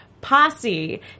posse